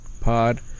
Pod